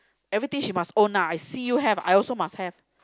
everything she must own lah I see you have I also must have